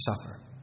suffer